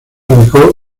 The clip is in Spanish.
ubicó